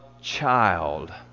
child